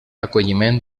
acolliment